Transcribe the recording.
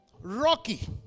Rocky